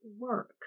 work